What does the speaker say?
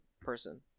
person